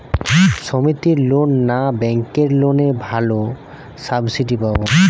সমিতির লোন না ব্যাঙ্কের লোনে ভালো সাবসিডি পাব?